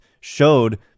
showed